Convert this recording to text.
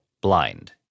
blind